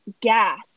gas